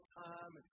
time